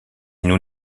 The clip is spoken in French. nous